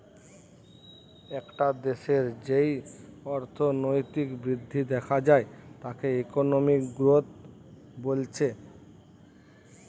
একটা দেশের যেই অর্থনৈতিক বৃদ্ধি দেখা যায় তাকে ইকোনমিক গ্রোথ বলছে